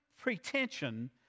pretension